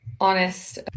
honest